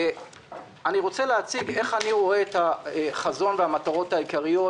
אני רוצה להציג איך אני רואה את החזון והמטרות העיקריות,